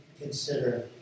consider